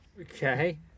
okay